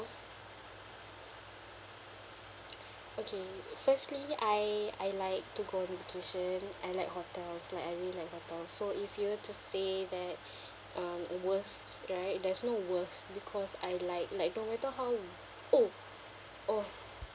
okay firstly I I like to go vacation I like hotels like I really like hotels so if you were to say that um worst right there's no worst because I like like no matter how old oh